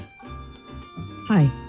hi